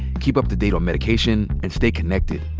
keep up to date on medication, and stay connected.